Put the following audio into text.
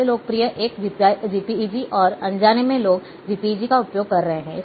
सबसे लोकप्रिय एक जेपीईजी है और अनजाने में लोग जेपीईजी का उपयोग कर रहे हैं